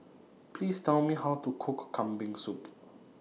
Please Tell Me How to Cook Kambing Soup